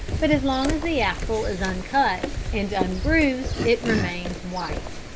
but as long as the apple is uncut and unbruised it remains white.